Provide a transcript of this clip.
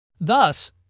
Thus